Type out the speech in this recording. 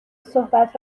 صحبت